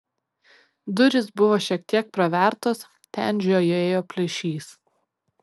durys buvo šiek tiek pravertos ten žiojėjo plyšys